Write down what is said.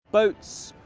boats,